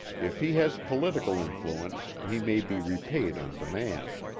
if he has political influence he may be repaid on demand.